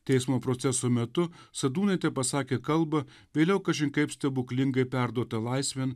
teismo proceso metu sadūnaitė pasakė kalbą vėliau kažin kaip stebuklingai perduotą laisvėn